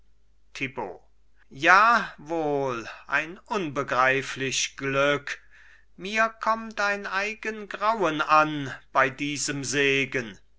thibaut jawohl ein unbegreiflich glück mir kommt ein eigen grauen an bei diesem segen